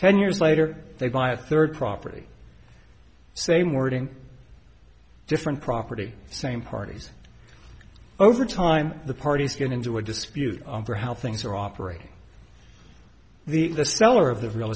ten years later they buy a third property same wording different property same parties over time the parties get into a dispute over how things are operating the seller of the real